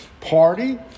party